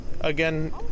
again